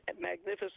magnificent